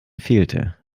fehlte